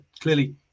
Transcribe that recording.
clearly